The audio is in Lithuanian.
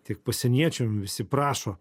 tiek pasieniečiam visi prašo